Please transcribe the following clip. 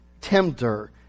tempter